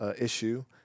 issue